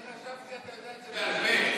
אני חשבתי שאתה יודע את זה בעל פה.